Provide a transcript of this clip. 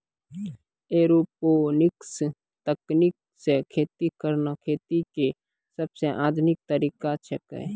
aeroponics तकनीक सॅ खेती करना खेती के सबसॅ आधुनिक तरीका छेकै